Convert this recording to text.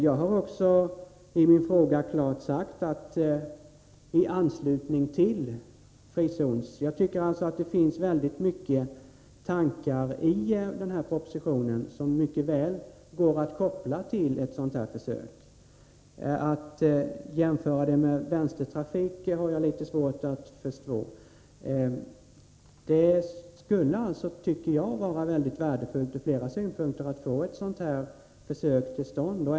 Jag har också i min fråga klart sagt: i anslutning till försöken med kommunala frizoner. Jag tycker att det finns tankar i propositionen som mycket väl går att koppla till sådana här försök. Att jämföra detta med vänstertrafik har jag litet svårt att förstå. Det skulle vara värdefullt från flera synpunkter att få till stånd en sådan här försöksverksamhet.